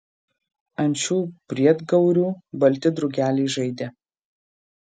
ant šitų briedgaurių balti drugeliai žaidė